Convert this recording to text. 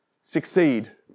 succeed